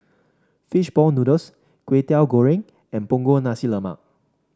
fish ball noodles Kwetiau Goreng and Punggol Nasi Lemak